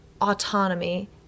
autonomy